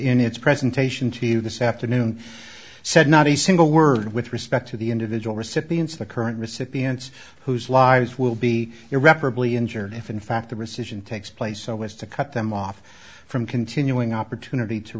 in its presentation to you this afternoon said not a single word with respect to the individual recipients the current recipients whose lives will be irreparably injured if in fact the rescission takes place so as to cut them off from continuing opportunity to